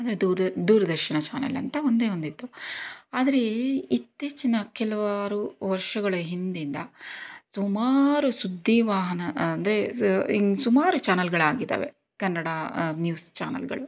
ಅಂದರೆ ದೂರ್ ದೂರದರ್ಶನ ಚಾನಲ್ ಅಂತ ಒಂದೇ ಒಂದಿತ್ತು ಆದರೆ ಇತ್ತೀಚಿನ ಕೆಲವಾರು ವರ್ಷಗಳ ಹಿಂದಿಂದ ಸುಮಾರು ಸುದ್ದಿವಾಹಿನಿ ಅಂದರೆ ಸುಮಾರು ಚಾನೆಲ್ಗಳಾಗಿದ್ದಾವೆ ಕನ್ನಡ ನ್ಯೂಸ್ ಚಾನಲ್ಗಳು